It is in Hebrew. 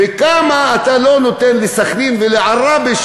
וכמה אתה לא נותן לסח'נין ולעראבה,